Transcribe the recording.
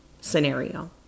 scenario